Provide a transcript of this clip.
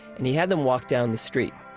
and he had them walk down the street.